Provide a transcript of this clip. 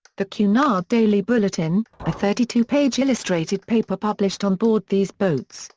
the cunard daily bulletin a thirty-two page illustrated paper published on board these boats,